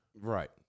Right